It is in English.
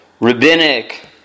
rabbinic